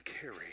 carry